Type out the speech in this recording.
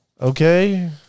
okay